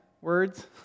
words